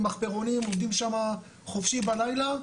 מחפרונים עובדים שם חופשי בלילה,